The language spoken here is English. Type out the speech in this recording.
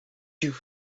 you